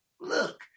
look